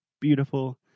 beautiful